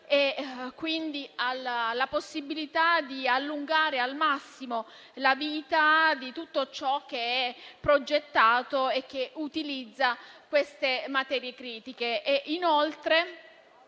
e quindi alla possibilità di allungare al massimo la vita di tutto ciò che è progettato e che utilizza queste materie critiche.